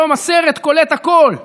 היום הסרט קולט הכול,